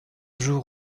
jour